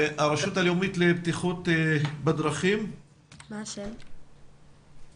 הרשות הלאומית לבטיחות בדרכים, נחמה